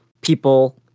people